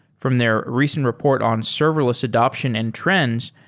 from their recent report on serverless adaption and trends,